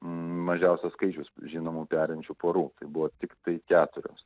mažiausias skaičius žinomų perinčių porų buvo tiktai keturios